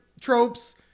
tropes